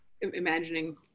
imagining